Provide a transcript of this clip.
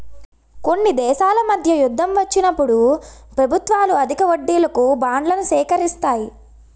కొన్ని దేశాల మధ్య యుద్ధం వచ్చినప్పుడు ప్రభుత్వాలు అధిక వడ్డీలకు బాండ్లను సేకరిస్తాయి